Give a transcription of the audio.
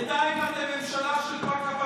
בינתיים אתם ממשלה של פקה פקה.